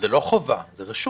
זה לא חובה, זה רשות.